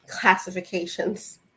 classifications